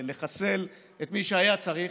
לחסל את מי שהיה צריך,